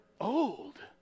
old